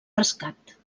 rescat